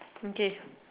okay